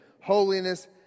Holiness